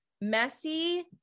messy